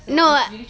no